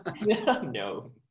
no